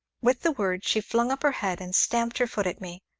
with the word, she flung up her head and stamped her foot at me,